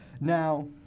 Now